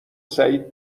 سعید